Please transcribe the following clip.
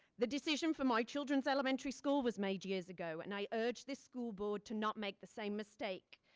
the decision for my children's elementary school was made years ago and i urge the school board to not make the same mistake